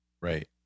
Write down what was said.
Right